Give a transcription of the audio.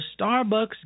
Starbucks